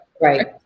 right